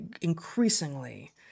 increasingly